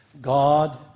God